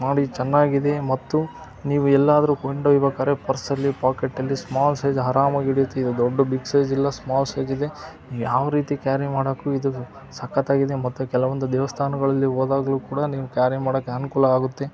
ನೋಡಿ ಚೆನ್ನಾಗಿದೆ ಮತ್ತು ನೀವು ಎಲ್ಲಾದರೂ ಕೊಂಡೊಯ್ಬೇಕಾರೆ ಪರ್ಸಲ್ಲಿ ಪಾಕೇಟಲ್ಲಿ ಸ್ಮಾಲ್ ಸೈಜ್ ಆರಾಮಾಗಿ ಹಿಡ್ಯುತ್ತೆ ಇದು ದೊಡ್ಡ ಬಿಗ್ ಸೈಜ್ ಇಲ್ಲ ಸ್ಮಾಲ್ ಸೈಜ್ ಇದೆ ಯಾವ ರೀತಿ ಕ್ಯಾರಿ ಮಾಡೋಕ್ಕು ಇದು ಸಕ್ಕತ್ತಾಗಿದೆ ಮತ್ತು ಕೆಲವೊಂದು ದೇವಸ್ಥಾನಗಳಲ್ಲಿ ಹೋದಾಗ್ಲೂ ಕೂಡ ನೀವು ಕ್ಯಾರಿ ಮಾಡಕ್ಕೆ ಅನುಕೂಲ ಆಗುತ್ತೆ